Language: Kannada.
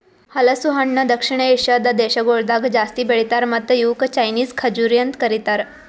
ಹಲಸು ಹಣ್ಣ ದಕ್ಷಿಣ ಏಷ್ಯಾದ್ ದೇಶಗೊಳ್ದಾಗ್ ಜಾಸ್ತಿ ಬೆಳಿತಾರ್ ಮತ್ತ ಇವುಕ್ ಚೈನೀಸ್ ಖಜುರಿ ಅಂತ್ ಕರಿತಾರ್